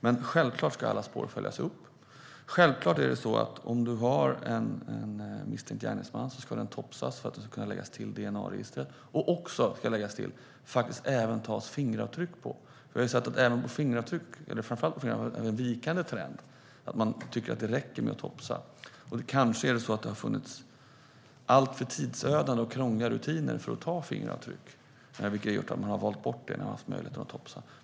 Men självklart ska alla spår följas upp. Om du har en misstänkt gärningsman ska den självklart topsas för att det ska kunna läggas till i DNA-registret. Det ska också läggas till att det även ska tas fingeravtryck. Framför allt när det gäller fingeravtryck har vi sett en vikande trend. Man tycker att det räcker med att topsa. Kanske är det så att det har funnits alltför tidsödande och krångliga rutiner för att ta fingeravtryck vilket har gjort att man har valt bort det när man har haft möjligheten att topsa.